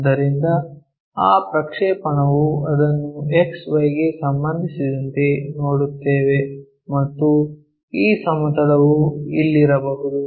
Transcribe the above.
ಆದ್ದರಿಂದ ಆ ಪ್ರಕ್ಷೇಪಣವು ಅದನ್ನು XY ಗೆ ಸಂಬಂಧಿಸಿದಂತೆ ನೋಡುತ್ತೇವೆ ಮತ್ತು ಈ ಸಮತಲವು ಇಲ್ಲಿರಬಹುದು